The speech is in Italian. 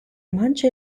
maggio